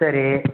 சரி